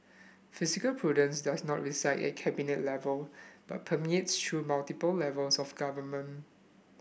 fiscal prudence does not reside at the Cabinet level but permeates through multiple levels of government